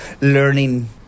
learning